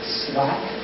slack